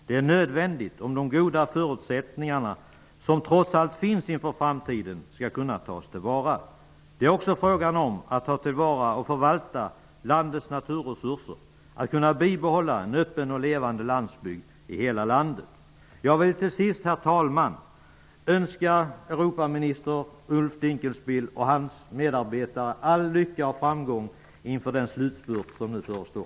Det är nödvändigt för att de goda förutsättningarna, som trots allt finns inför framtiden, skall kunna tas till vara. Det är också fråga om att ta till vara och förvalta landets naturresurser och om att kunna bibehålla en öppen och levande landsbygd i hela landet. Till sist, herr talman, vill jag önska Europaminister Ulf Dinkelspiel och hans medarbetare all lycka och framgång inför den slutspurt som nu förestår.